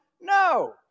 No